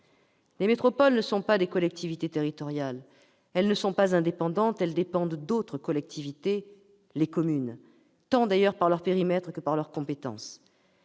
Les métropoles ne sont pas des collectivités territoriales ; elles ne sont pas indépendantes, elles dépendent d'autres collectivités, les communes, tant d'ailleurs par leur périmètre que par leurs compétences.